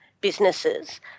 businesses